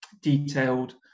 detailed